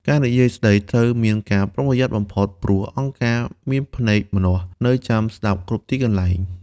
ការនិយាយស្តីត្រូវមានការប្រុងប្រយ័ត្នបំផុត ព្រោះ "អង្គការមានភ្នែកម្នាស់" នៅចាំស្ដាប់គ្រប់ទីកន្លែង។